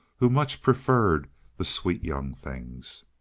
who much preferred the sweet young things.